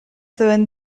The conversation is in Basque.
zeuden